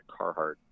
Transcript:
Carhartt